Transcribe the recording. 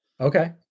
Okay